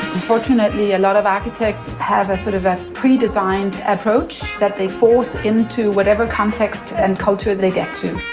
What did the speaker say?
unfortunately a lot of architects have a sort of a pre-designed approach that they force into whatever context and culture they get to.